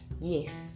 yes